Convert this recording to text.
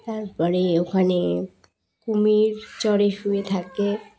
তারপরে ওখানে কুমির চড়ে শুয়ে থাকে